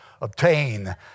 obtain